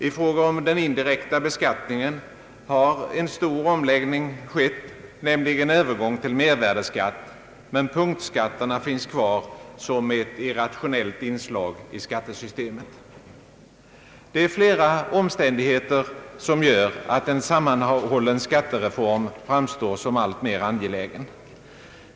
I fråga om den indirekta beskattningen har en stor omläggning skett, nämligen övergång till mervärdeskatt, men punktskatterna finns kvar som ett irrationellt inslag i skattesystemet. Det är flera omständigheter som gör att en sammanhållen skattereform framstår som alltmer angelägen.